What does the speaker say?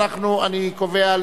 אני קובע,